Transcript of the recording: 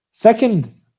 Second